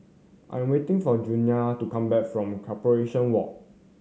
I am waiting for Julianna to come back from Corporation Walk